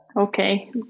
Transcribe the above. Okay